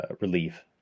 relief